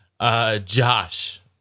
Josh